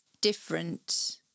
different